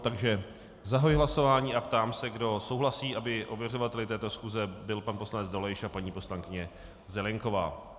Takže zahajuji hlasování a ptám se, kdo souhlasí, aby ověřovateli této schůze byli pan poslanec Dolejš a paní poslankyně Zelienková.